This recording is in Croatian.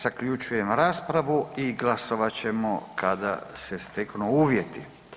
Zaključujem raspravu i glasovat ćemo kada se steknu uvjeti.